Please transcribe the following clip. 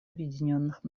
объединенных